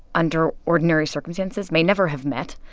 under ordinary circumstances, may never have met,